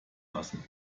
lassen